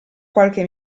qualche